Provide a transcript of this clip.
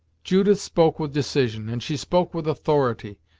judith spoke with decision, and she spoke with authority,